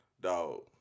Dog